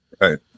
right